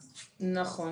נכון.